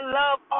love